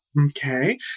okay